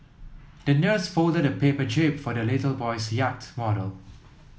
the nurse folded a paper jib for the little boy's yacht model